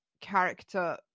character